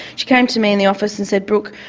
she came to me in the office and said, brooke,